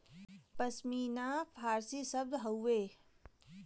पश्मीना फारसी शब्द हउवे